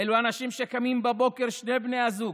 אלו אנשים שקמים בבוקר, שני בני הזוג,